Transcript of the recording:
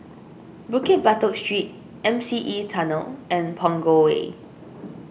Bukit Batok Street M C E Tunnel and Punggol Way